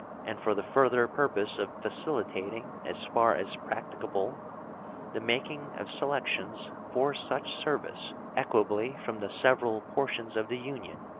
and for the further purpose of facilitating as far as practicable the making of selections for such service equably from the several portions of the union,